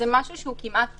זה משהו שהוא כמעט טכני.